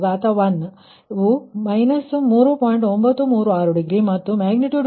936 degree ಮತ್ತು magnitude voltage 1